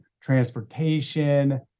transportation